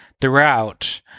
throughout